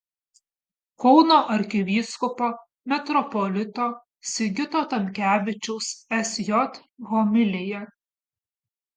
kauno arkivyskupo metropolito sigito tamkevičiaus sj homilija